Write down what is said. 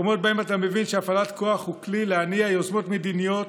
מקומות שבהם אתה מבין שהפעלת כוח היא כלי להניע יוזמות מדיניות,